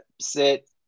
sit